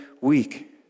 week